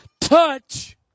touch